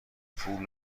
پول